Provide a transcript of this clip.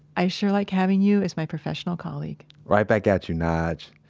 i sure like having you as my professional colleague right back at you, nige.